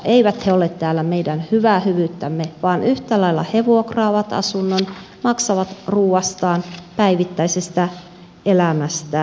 eivät he ole täällä meidän hyvää hyvyyttämme vaan yhtä lailla he vuokraavat asunnon maksavat ruuastaan päivittäisestä elämästään täällä